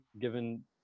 given